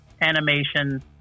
animation